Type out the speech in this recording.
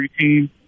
team